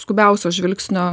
skubiausio žvilgsnio